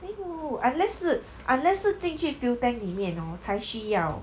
没有 unless 是 unless 是进去 fill tank 里面 hor 才需要